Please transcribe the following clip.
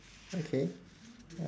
okay